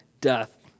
death